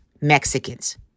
Mexicans